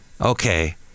Okay